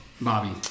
Bobby